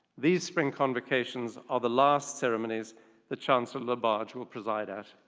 these spring convocations are the last ceremonies that chancellor labarge will preside at.